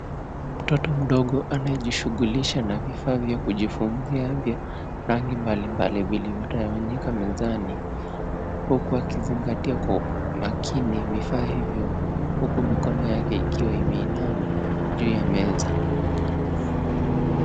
Mtoto mdogo anayejishughulisha na vifaa vya kujifunzia vya rangi mbalimbali vilivyotawanyika mezani huku akizingatia kwa makini vifaa hivyo huku mikono yake ikiwa imeinama juu ya meza.